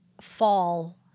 fall